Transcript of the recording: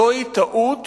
זוהי טעות